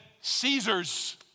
Caesar's